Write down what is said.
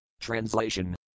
Translation